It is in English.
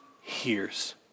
hears